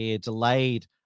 delayed